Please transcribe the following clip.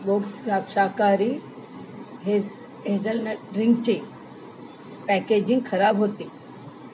box शाकाहारी हेझ hazelnut ड्रिंकचे पॅकेजिंग खराब होते